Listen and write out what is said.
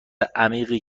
عمیقی